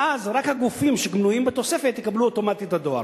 ואז רק הגופים שמנויים בתוספת יקבלו אוטומטית את הדואר.